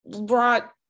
brought